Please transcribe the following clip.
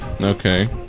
okay